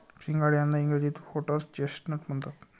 सिंघाडे यांना इंग्रजीत व्होटर्स चेस्टनट म्हणतात